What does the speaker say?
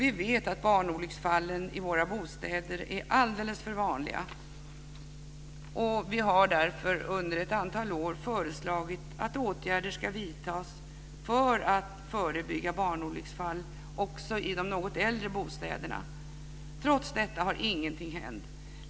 Vi vet att barnolycksfallen i våra bostäder är alldeles för vanliga, och vi har därför under ett antal år föreslagit att åtgärder ska vidtas för att förebygga barnolycksfall också i de något äldre bostäderna. Trots detta har ingenting hänt.